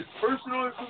personal